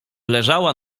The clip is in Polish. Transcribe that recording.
leżała